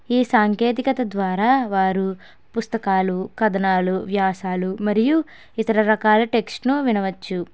ఈ సాంకేతికత ద్వారా వారు పుస్తకాలు కథనాలు వ్యాసాలు మరియు ఇతర రకాల టెక్స్ట్ ను వినవచ్చు